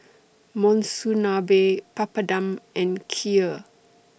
Monsunabe Papadum and Kheer